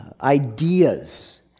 ideas